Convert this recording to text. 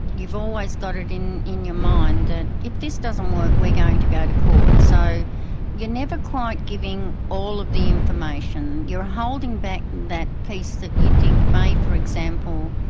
you've always got it in in your mind that, if this doesn't work, we're going to go to court so you're never quite giving all of the information, you're holding back that piece that you think may, for example,